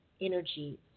energy